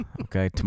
Okay